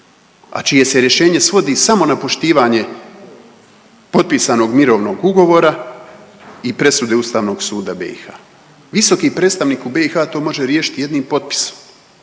a čije se rješenje svodi samo na poštivanje potpisanog mirovnog ugovora i presude Ustavnog suda BiH. Visoki predstavnik u BiH to može riješiti jednim potpisom,